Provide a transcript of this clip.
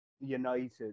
United